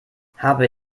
habe